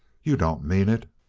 you don't mean it.